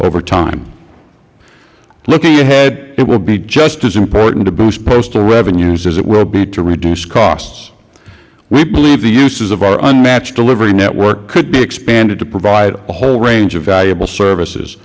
over time looking ahead it will be just as important to boost postal revenues as it will be to reduce costs we believe the uses of our unmatched delivery network could be expanded to provide a whole range of valuable services